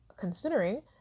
Considering